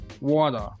water